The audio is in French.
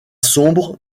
sombre